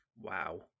wow